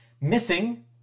Missing